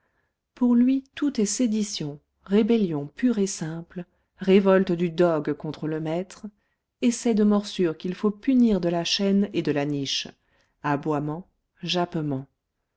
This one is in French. pour lui tout est sédition rébellion pure et simple révolte du dogue contre le maître essai de morsure qu'il faut punir de la chaîne et de la niche aboiement jappement